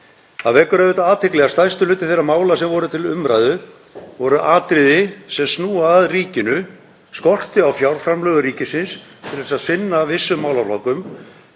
Það vekur athygli að stærstur hluti þeirra mála sem voru til umræðu voru atriði sem snúa að ríkinu, skortur á fjárframlögum ríkisins til að vissum málaflokkurinn